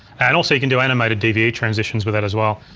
and also you can do animated dve transitions with that as well.